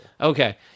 Okay